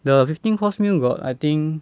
the fifteen course meal got I think